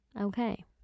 Okay